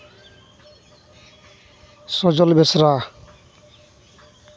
ᱥᱚᱡᱚᱞ ᱵᱮᱥᱨᱟ